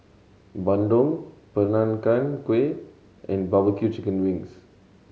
bandung Peranakan Kueh and bbq chicken wings